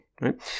right